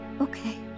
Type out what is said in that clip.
Okay